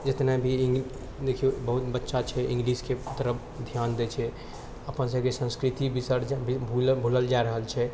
जतने भी देखिऔ बहुत बच्चा छै इंग्लिशके तरफ धिआन दै छै अपन सबके संस्कृति बिसरि भूलल जा रहल छै